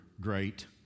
great